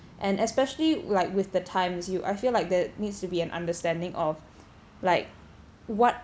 and especially like with the times you I feel like there needs to be an understanding of like what